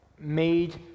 made